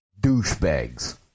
douchebags